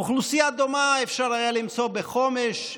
אוכלוסייה דומה אפשר היה למצוא בחומש.